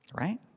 Right